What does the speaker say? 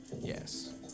Yes